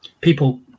People